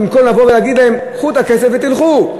במקום להגיד להם: קחו את הכסף ותלכו.